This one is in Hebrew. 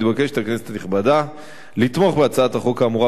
מתבקשת הכנסת הנכבדה לתמוך בהצעת החוק האמורה